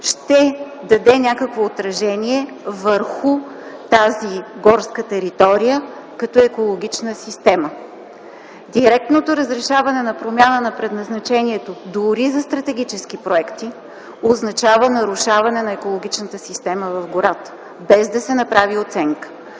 ще даде някакво отражение върху тази горска територия като екологична система. Директното разрешаване на промяна на предназначението дори за стратегически проекти означава нарушаване на екологичната система в гората, без да се направи оценка.